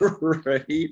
right